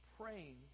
praying